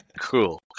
Cool